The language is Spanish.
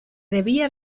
debía